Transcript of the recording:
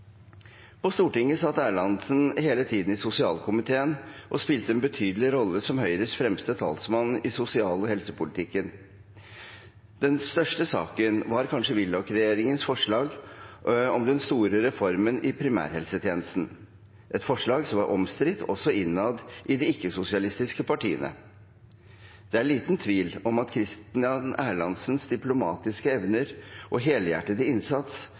På Stortinget satt Erlandsen hele tiden i sosialkomiteen og spilte en betydelig rolle som Høyres fremste talsmann i sosial- og helsepolitikken. Den største saken var kanskje Willoch-regjeringens forslag om den store reformen i primærhelsetjenesten – et forslag som var omstridt også innad i de ikke-sosialistiske partiene. Det er liten tvil om at Christian Erlandsens diplomatiske evner og helhjertede innsats